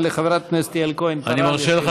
לא, אבל לחברת הכנסת יעל כהן-פארן יש שאלה נוספת.